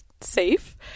Safe